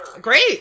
Great